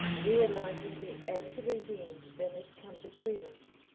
realizing the absolute end that had come between us.